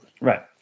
right